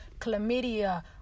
chlamydia